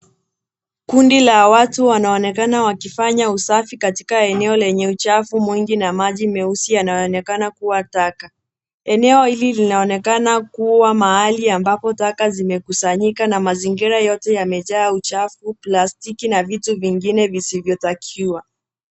Kundi la watu wanaonekana wakifanya usafi katika eneo lenye uchafu mwingi na maji meusi yanaonekana kuwa taka. Eneo hili linaonekana kuwa mahali ambapo taka zimekusanyika, na mazingira yote yamejaa uchafu, plastiki, na vitu vingine visivyotakiwa.